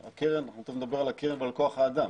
אנחנו תכף נדבר על הקרן ועל כוח האדם.